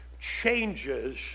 changes